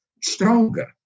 stronger